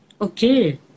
Okay